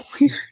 weird